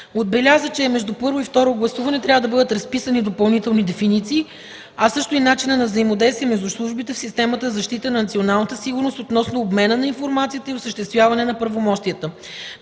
Отбеляза, че между първо и второ гласуване трябва да бъдат разписани допълнителни дефиниции, а също и начина на взаимодействие между службите в системата за защита на националната сигурност относно обмена на информацията и осъществяване на правомощията.